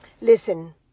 Listen